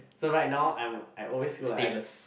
so right now I'm I always feel like I